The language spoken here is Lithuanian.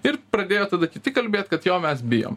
ir pradėjo tada kiti kalbėt kad jo mes bijom